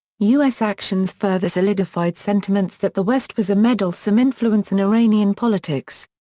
u s. actions further solidified sentiments that the west was a meddlesome influence in iranian politics.